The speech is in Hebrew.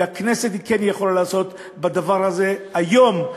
והכנסת כן יכולה לעשות את הדבר הזה היום,